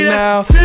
now